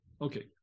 Okay